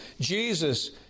Jesus